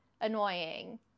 annoying